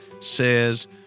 says